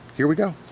here we go.